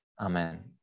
Amen